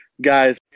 Guys